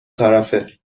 طرفه